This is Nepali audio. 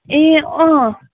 ए अँ